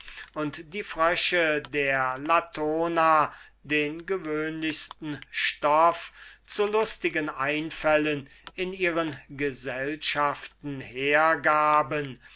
und die frösche der latona den gewöhnlichsten stoff zu lustigen einfällen in ihren gesellschaften hergaben